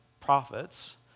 prophets